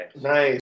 Nice